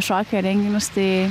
šokio renginius tai